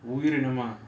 உயிரினமா:uyirinamaa